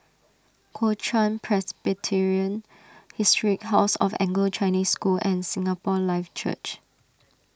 Kuo Chuan Presbyterian Historic House of Anglo Chinese School and Singapore Life Church